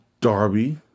Darby